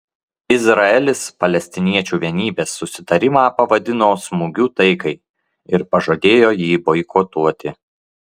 izraelis palestiniečių vienybės susitarimą pavadino smūgiu taikai ir pažadėjo jį boikotuoti